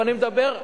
ואני מדבר,